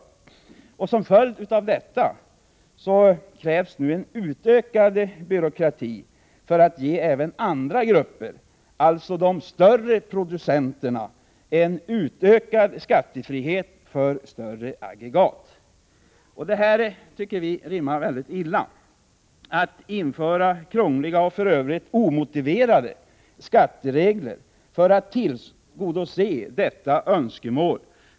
Som en följd av detta krävs nu en utökad byråkrati för att ge även andra grupper, alltså de större producenterna, en utökad skattefrihet för större aggregat. Vi tycker det rimmar väldigt illa att införa krångliga och för övrigt omotiverade skatteregler för att tillgodose detta önskemål.